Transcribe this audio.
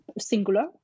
Singular